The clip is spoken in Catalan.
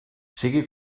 sigui